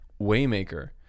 Waymaker